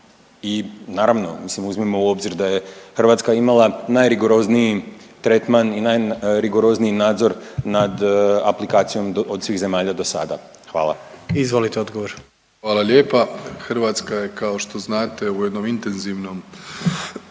i naravno mislim uzmimo u obzir da je Hrvatska imala najrigorozniji tretman i najrigorozniji nadzor nad aplikacijom od svih zemalja do sada, hvala. **Jandroković, Gordan (HDZ)** Izvolite odgovor. **Plenković, Andrej (HDZ)** Hvala lijepa. Hrvatska je kao što znate u jednom intenzivnom